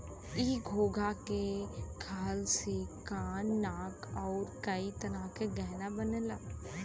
इ घोंघा के खाल से कान नाक आउर कई तरह के गहना बनला